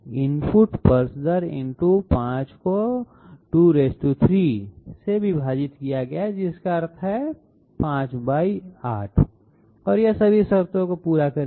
input pulse दर × 5 को 23 से विभाजित किया गया है जिसका अर्थ है 58 और यह सभी शर्तों को पूरा करेगा